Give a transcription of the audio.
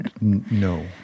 No